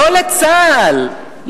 לא לצה"ל,